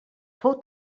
fou